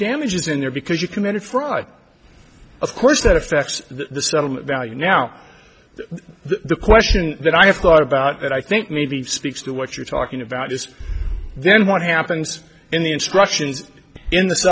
damages in there because you committed fraud of course that affects the settlement value now the question that i have thought about that i think maybe speaks to what you're talking about this then what happens in the instructions in th